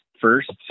first